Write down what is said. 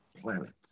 planet